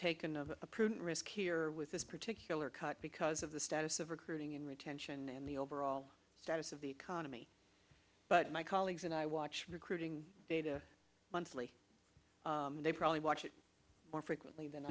taken of a prudent risk here with this particular cut because of the status of recruiting and retention and the overall status of the economy but my colleagues and i watch recruiting data monthly and they probably watch it more frequently than